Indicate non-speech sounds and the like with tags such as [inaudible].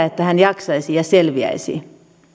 [unintelligible] että hän jaksaisi ja selviäisi